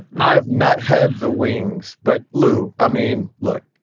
i have not had the wings. but, lou, i mean, look,